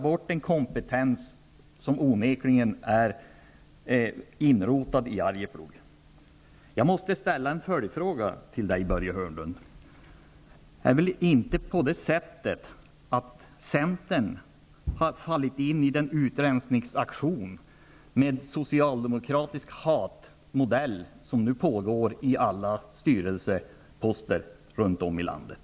Den kompentens som onekligen är inrotad i Arjeplog plockas bort. Jag måste ställa en följdfråga till Börje Hörnlund. Har Centern fallit in i den utrensningsaktion, med en socialdemokratisk hatmodell, som pågår när det gäller alla styrelseposter runt om i landet?